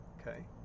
okay